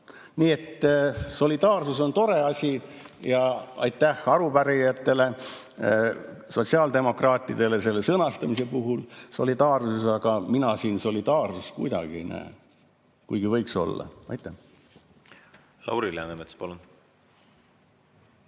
Nii et solidaarsus on tore asi ja aitäh arupärijatele sotsiaaldemokraatidele selle sõnastamise eest, aga mina siin solidaarsust kuidagi ei näe. Kuigi see võiks olla. Aitäh! Lauri Läänemets, palun!